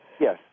Yes